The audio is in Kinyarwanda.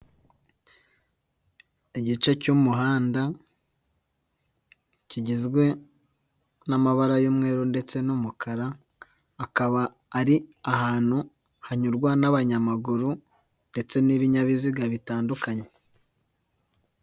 Igice cy'umuhanda kigizwe n'amabara y'umweru ndetse n'umukara, akaba ari ahantu hanyurwa n'abanyamaguru ndetse n'ibinyabiziga bitandukanye.